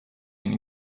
been